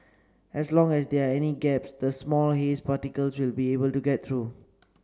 as long as there are any gaps the small haze particles will be able to get through